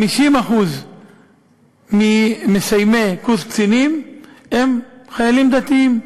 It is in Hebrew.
50% ממסיימי קורס קצינים הם חיילים דתיים,